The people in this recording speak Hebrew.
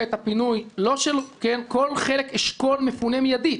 את הפינוי כל חלק אשכול מפונה מידית,